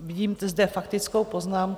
Vidím zde faktickou poznámku.